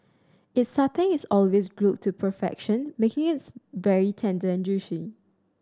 its satay is always grilled to perfection making its very tender and juicy